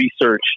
research